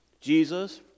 Jesus